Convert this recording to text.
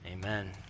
amen